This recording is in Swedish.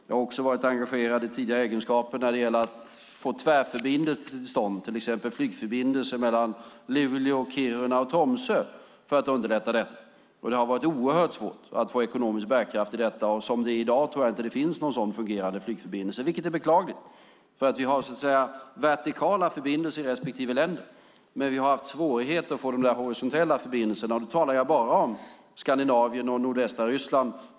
Jag har också varit engagerad i tidigare egenskaper för att få till stånd tvärförbindelser, till exempel flygförbindelser mellan Luleå, Kiruna och Tromsö för att underlätta. Det har varit oerhört svårt att få ekonomisk bärkraft i detta. Som det är i dag tror jag inte att det finns någon sådan fungerande flygförbindelse, vilket är beklagligt. Vi har vertikala förbindelser i respektive länder, men vi har haft svårigheter med att få de horisontella förbindelserna. Då talar jag bara om Skandinavien och nordvästra Ryssland.